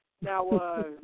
Now